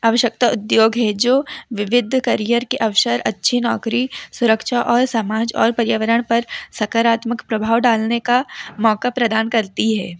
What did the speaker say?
अवश्यकता उद्योग है जो विविध करियर के अवसर अच्छी नौकरी सुरक्षा और समाज और परियावरण पर सकारात्मक प्रभाव डालने का मौक़ा प्रदान करती है